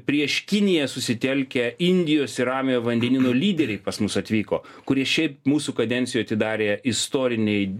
prieš kiniją susitelkę indijos ir ramiojo vandenyno lyderiai pas mus atvyko kurie šiaip mūsų kadencijoj atidarė istoriniai